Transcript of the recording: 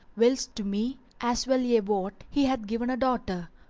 whilst to me, as well ye wot, he hath given a daughter.